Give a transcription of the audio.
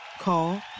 Call